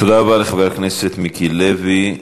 תודה לחבר הכנסת מיקי לוי.